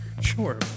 Sure